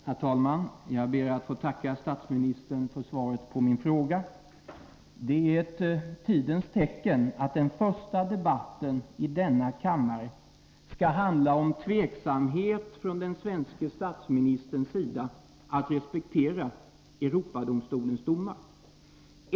Herr talman! Jag ber att få tacka statsministern för svaret på min fråga. Det är ett tidens tecken att den första debatten i denna kammare skall handla om tveksamhet från den svenske statsministerns sida att respektera Europadomstolens domar.